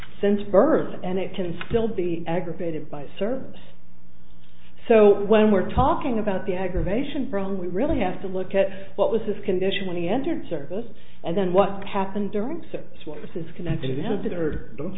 since birth and it can still be aggravated by service so when we're talking about the aggravation from we really have to look at what was his condition when he entered service and then what happened d